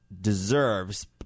deserves